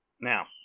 Now